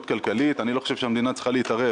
כלכלית אני חושב שהמדינה לא צריכה להתערב.